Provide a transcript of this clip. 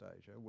Asia